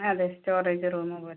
അതെ storage room പോലെ